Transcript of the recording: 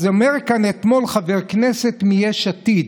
אז אומר כאן אתמול חבר כנסת מיש עתיד,